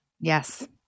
Yes